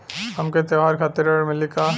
हमके त्योहार खातिर ऋण मिली का?